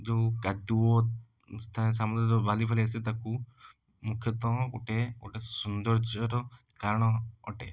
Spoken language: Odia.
ଯେଉଁ କାଦୁଅ ସମୁଦ୍ରର ବାଲିଫାଲି ଆସେ ତାକୁ ମୁଖ୍ୟତଃ ଗୋଟେ ଗୋଟେ ସୌନ୍ଦର୍ଯ୍ୟର କାରଣ ଅଟେ